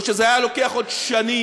או שזה היה לוקח עוד שנים.